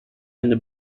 eine